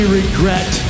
regret